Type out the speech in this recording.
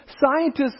scientists